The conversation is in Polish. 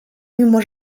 mimo